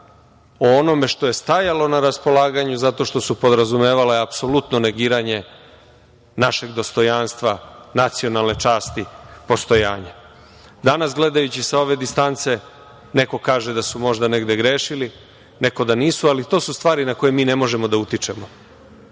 o onome što je stajalo na raspolaganju zato što su podrazumevale apsolutno negiranje našeg dostojanstva, nacionalne časti postojanja. Danas, gledajući sa ove distance, neko kaže da su možda negde grešili, neko da nisu, ali to su stvari na koje mi ne možemo da utičemo.